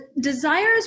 desires